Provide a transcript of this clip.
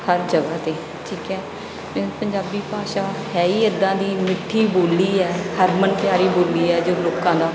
ਹਰ ਜਗ੍ਹਾ 'ਤੇ ਠੀਕ ਹੈ ਮੀਨਜ਼ ਪੰਜਾਬੀ ਭਾਸ਼ਾ ਹੈ ਹੀ ਇੱਦਾਂ ਦੀ ਮਿੱਠੀ ਬੋਲੀ ਹੈ ਹਰਮਨ ਪਿਆਰੀ ਬੋਲੀ ਹੈ ਜੋ ਲੋਕਾਂ ਦਾ